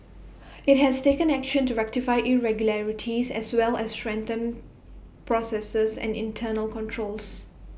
IT has taken action to rectify irregularities as well as strengthen processes and internal controls